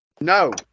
no